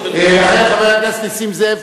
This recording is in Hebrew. חבר הכנסת נסים זאב,